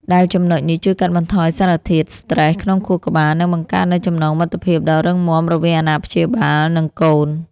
ដែលចំណុចនេះជួយកាត់បន្ថយសារធាតុស្ត្រេសក្នុងខួរក្បាល និងបង្កើតនូវចំណងមិត្តភាពដ៏រឹងមាំរវាងអាណាព្យាបាល និងកូន។